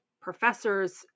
professors